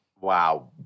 Wow